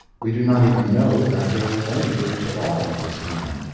we do not even know that there was any breach at all at this time.